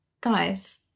guys